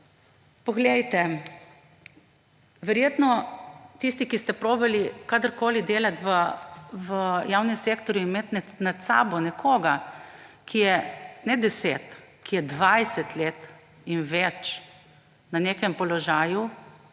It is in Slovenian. položaja. Verjetno tisti, ki ste probali kadarkoli delati v javnem sektorju in imeli nad sabo nekoga, ki je ne 10, ki je 20 let in več na nekem položaju,